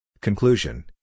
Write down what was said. Conclusion